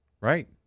Right